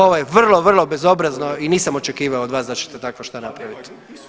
Ovo je vrlo, vrlo bezobrazno i nisam očekivao od vas čete takvo što napraviti.